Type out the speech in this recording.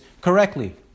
correctly